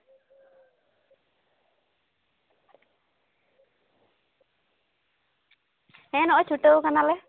ᱦᱮᱸ ᱱᱚᱜᱼᱚᱭ ᱪᱷᱩᱴᱟᱹᱣ ᱠᱟᱱᱟᱞᱮ